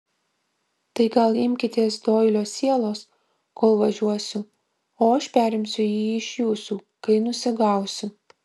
tai gal imkitės doilio sielos kol važiuosiu o aš perimsiu jį iš jūsų kai nusigausiu